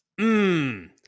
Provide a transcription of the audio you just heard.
Mmm